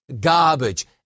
garbage